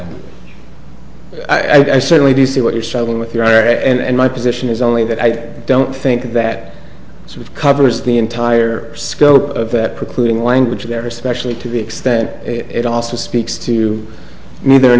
that i certainly do see what you're struggling with your and my position is only that i don't think that sort of covers the entire scope of that precluding language there especially to the extent it also speaks to me th